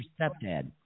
stepdad